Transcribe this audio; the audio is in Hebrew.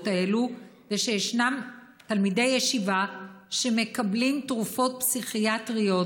האלה ושישנם תלמידי ישיבה שמקבלים תרופות פסיכיאטריות